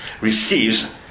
receives